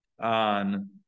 on